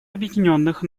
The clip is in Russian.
объединенных